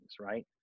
right